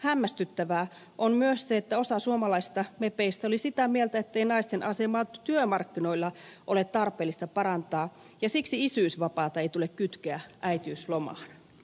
hämmästyttävää on myös se että osa suomalaisista mepeistä oli sitä mieltä ettei naisten asemaa työmarkkinoilla ole tarpeellista parantaa ja siksi isyysvapaata ei tule kytkeä äitiyslomaan